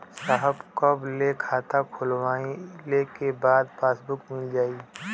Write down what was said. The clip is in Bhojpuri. साहब कब ले खाता खोलवाइले के बाद पासबुक मिल जाई?